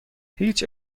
هیچ